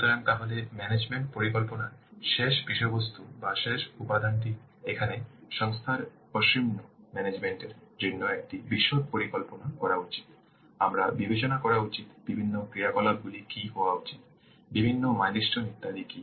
সুতরাং তাহলে ম্যানেজমেন্ট পরিকল্পনার শেষ বিষয়বস্তু বা শেষ উপাদানটি এখানে সংস্থার মসৃণ ম্যানেজমেন্ট এর জন্য একটি বিশদ পরিকল্পনা করা উচিত আপনার বিবেচনা করা উচিত বিভিন্ন ক্রিয়াকলাপ গুলি কী হওয়া উচিত বিভিন্ন মাইলস্টোন ইত্যাদি কি